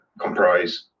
comprise